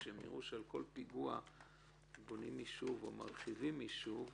כשהם יראו שעל כל פיגוע בונים יישוב או מרחיבים יישוב,